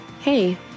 hey